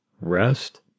rest